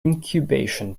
incubation